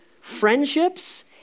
friendships